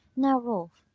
now, rolf